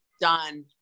done